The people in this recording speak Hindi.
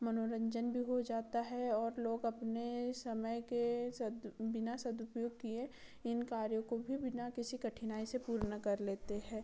मनोरंजन भी हो जाता है और लोग अपने समय के सद बिना सदुपयोग किए इन कार्यो को भी बिना किसी कठिनाई से पूर्ण कर लेते हैं